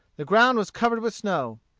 the ground was covered with snow.